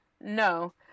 No